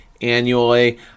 annually